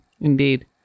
Indeed